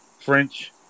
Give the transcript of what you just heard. French